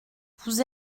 vous